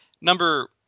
Number